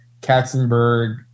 katzenberg